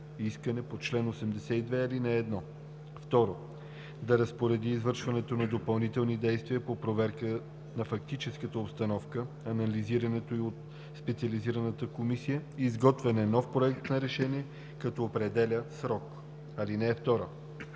искане по чл. 82, ал. 1; 2. да разпореди извършването на допълнителни действия по проверка на фактическата обстановка, анализирането й от специализираната комисия и изготвяне нов проект на решение, като определя срок. (2) Комисията